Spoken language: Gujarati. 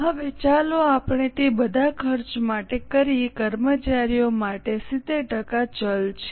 હવે ચાલો આપણે તે બધા ખર્ચ માટે કરીએ કર્મચારી માટે 70 ટકા ચલ છે